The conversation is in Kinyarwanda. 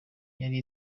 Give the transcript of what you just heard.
yari